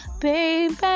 baby